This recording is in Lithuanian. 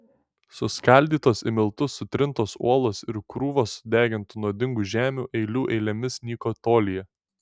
suskaldytos į miltus sutrintos uolos ir krūvos sudegintų nuodingų žemių eilių eilėmis nyko tolyje